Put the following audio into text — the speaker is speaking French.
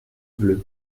bleue